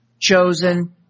chosen